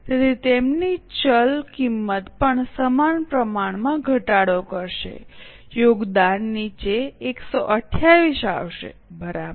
તેથી તેમની ચલ કિંમત પણ સમાન પ્રમાણમાં ઘટાડો કરશે યોગદાન નીચે 128 આવશે બરાબર